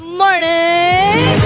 morning